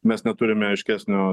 mes neturime aiškesnio